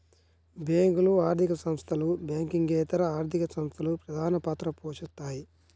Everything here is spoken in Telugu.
బ్యేంకులు, ఆర్థిక సంస్థలు, బ్యాంకింగేతర ఆర్థిక సంస్థలు ప్రధానపాత్ర పోషిత్తాయి